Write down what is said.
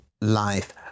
life